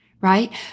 Right